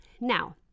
Now